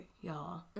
y'all